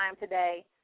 today